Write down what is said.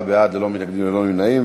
עשרה בעד, ללא מתנגדים, ללא נמנעים.